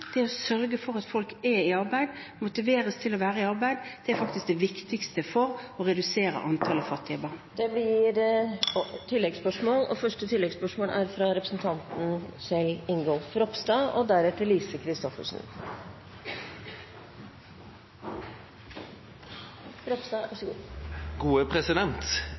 det å sørge for at folk er i arbeid, motiveres til å være i arbeid, er faktisk det viktigste for å redusere antallet fattige barn. Det blir